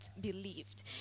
believed